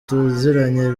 tuziranye